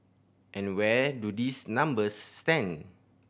and where do these numbers stand